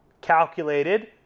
calculated